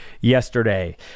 yesterday